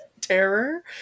terror